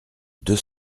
deux